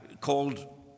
called